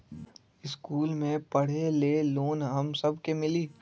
इश्कुल मे पढे ले लोन हम सब के मिली?